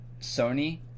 Sony